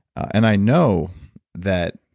and i know that